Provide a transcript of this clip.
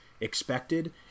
Expected